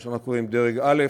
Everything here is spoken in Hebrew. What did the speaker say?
מה שאנחנו קוראים דרג א',